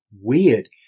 weird